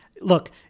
look